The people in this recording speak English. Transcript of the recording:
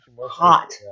hot